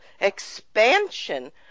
expansion